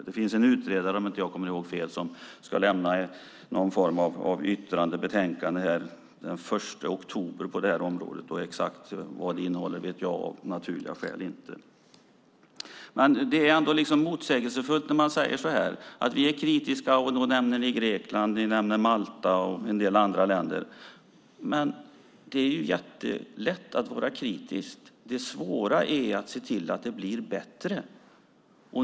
Det finns en utredare som, om jag inte minns fel, ska lämna någon form av yttrande eller betänkande om detta den 1 oktober. Exakt vad det kommer att innehålla vet jag av naturliga skäl inte. Det är motsägelsefullt när man som ni, Magdalena Streijffert, säger att ni är kritiska, och sedan nämner ni Grekland, Malta och en del andra länder. Det är jättelätt att vara kritisk. Det svåra är att se till att det blir bättre.